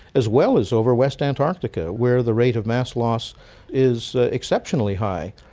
as well as over west antarctica where the rate of mass loss is exceptionally high.